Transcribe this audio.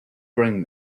bring